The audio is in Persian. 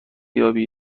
یابی